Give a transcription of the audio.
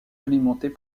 alimentées